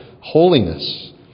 holiness